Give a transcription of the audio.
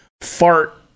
fart